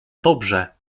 dobrze